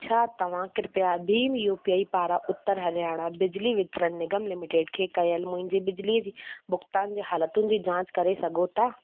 छा तव्हां कृपया भीम यूपीआई पारां उत्तर हरियाणा बिजली वितरण निगम लिमिटेड खे कयल मुंहिंजे बिजली जी भुगतान जे हालतुनि जी जाच करे सघो था